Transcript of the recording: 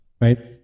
right